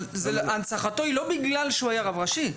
אבל הנצחתו היא לא בגלל שהוא היה רב ראשי.